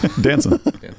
Dancing